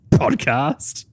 podcast